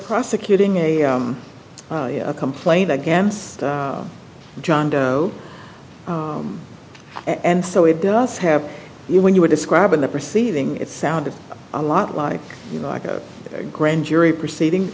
prosecuting a complaint against john doe and so it does have you when you were describing the perceiving it sounded a lot like you know like a grand jury proceeding